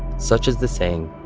such as the saying,